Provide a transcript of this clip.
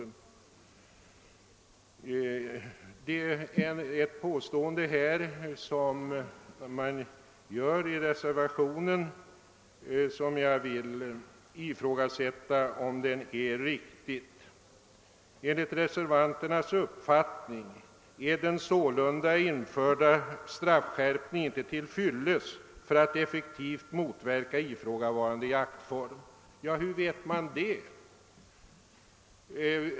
Jag vill vidare ifrågasätta riktigheten av följande påstående som görs i reservationen: »Enligt utskottets uppfattning är den sålunda införda straffskärpningen inte till fyllest för att effektivt motverka ifrågavarande jaktform.» Hur vet man det?